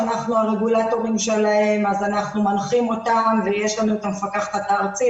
שאנחנו הרגולטורים שלהם אנחנו מנחים אותם ויש לנו את המפקחת הארצית,